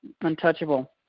untouchable